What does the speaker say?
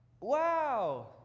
Wow